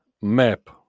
map